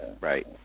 Right